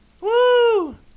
Woo